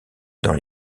dans